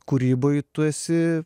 kūryboj tu esi